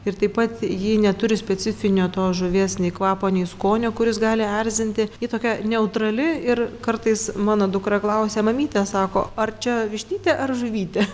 ir taip pat ji neturi specifinio to žuvies nei kvapo nei skonio kuris gali erzinti ji tokia neutrali ir kartais mano dukra klausia mamyte sako ar čia vištytė ar žuvytė